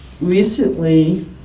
Recently